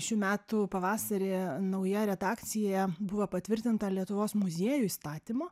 šių metų pavasarį nauja redakcija buvo patvirtinta lietuvos muziejų įstatymo